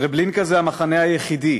טרבלינקה הוא המחנה היחידי